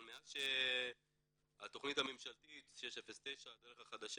אבל מאז התכנית הממשלתית 609 הדרך החדשה